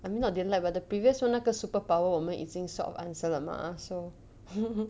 I mean not don't like but the previous [one] 那个 superpower 我们已经 sort of answer 了 mah so